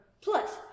Plus